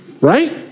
Right